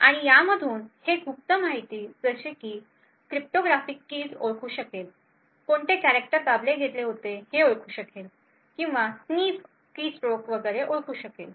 आणि यामधून हे गुप्त माहिती जसे की क्रिप्टोग्राफिक कीज ओळखू शकेल कोणते कॅरेक्टर दाबले गेले होते हे ओळखू शकेल किंवा स्नीफ कीस्ट्रोक वगैरे ओळखू शकेल